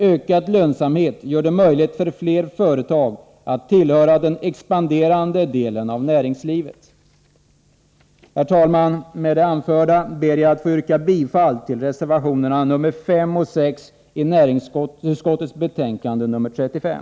Ökad lönsamhet gör det möjligt för fler företag att tillhöra den expanderande delen av näringslivet. Herr talman! Med det anförda ber jag att få yrka bifall till reservationerna 5 och 6 i näringsutskottets betänkande 35.